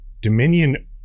Dominion